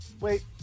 Wait